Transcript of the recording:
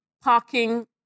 parking